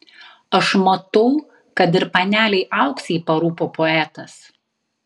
aš matau kad ir panelei auksei parūpo poetas